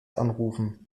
anrufen